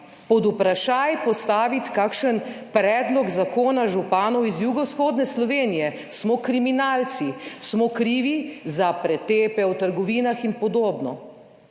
pod vprašaj postaviti kakšen predlog zakona županov iz jugovzhodne Slovenije – smo kriminalci, smo krivi za pretepe v trgovinah in podobno.